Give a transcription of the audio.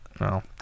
No